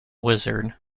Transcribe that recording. wizard